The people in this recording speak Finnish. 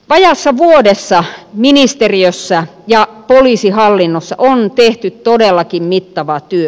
vajaassa vuodessa ministeriössä ja poliisihallinnossa on tehty todellakin mittava työ